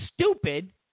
stupid